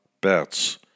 bets